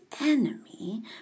enemy